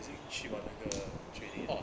我已经去完那个 training